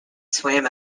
swam